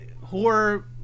horror